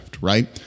right